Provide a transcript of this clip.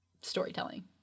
storytelling